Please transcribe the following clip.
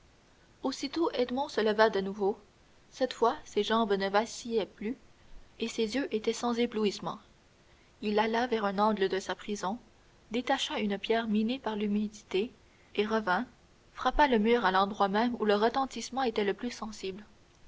aussitôt edmond se leva de nouveau cette fois ses jambes ne vacillaient plus et ses yeux étaient sans éblouissements il alla vers un angle de sa prison détacha une pierre minée par l'humidité et revint frapper le mur à l'endroit même où le retentissement était le plus sensible